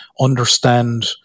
understand